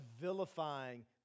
vilifying